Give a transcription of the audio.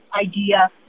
idea